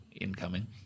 incoming